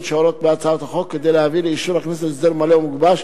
שעולות בהצעת החוק כדי להביא לאישור הכנסת הסדר מלא ומגובש.